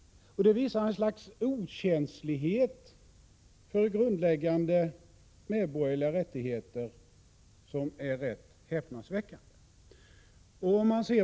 Det visar ett slags okänslighet för grundläggande medborgerliga rättigheter som är rätt häpnadsväckande.